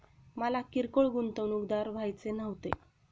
मला किरकोळ गुंतवणूकदार व्हायचे नव्हते